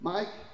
Mike